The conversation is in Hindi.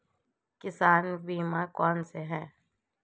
किसान बीमा कौनसे हैं?